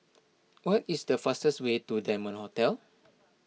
what is the fastest way to Diamond Hotel